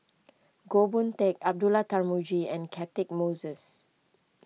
Goh Boon Teck Abdullah Tarmugi and Catchick Moses